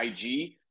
IG